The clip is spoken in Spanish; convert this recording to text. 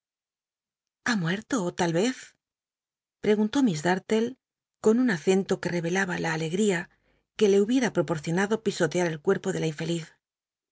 lla mucrto tal i'cz preguntó miss da rile con un acento que t'cvclaba la alegría que le hubiera proporcionado pisotear el cuerpo de la infeliz